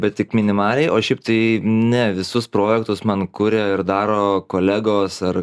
bet tik minimaliai o šiaip tai ne visus projektus man kuria ir daro kolegos ar